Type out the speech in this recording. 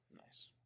Nice